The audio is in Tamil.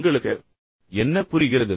உங்களுக்கு என்ன புரிகிறது